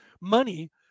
money